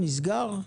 נסגר?